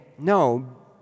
No